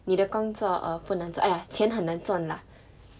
你的工作 err 不能 !aiya! 钱很难赚啦